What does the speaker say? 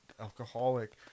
Alcoholic